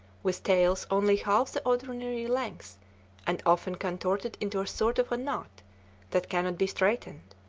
with tails only half the ordinary length and often contorted into a sort of a knot that cannot be straightened,